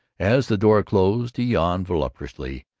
as the door closed he yawned voluptuously,